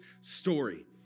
story